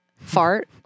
Fart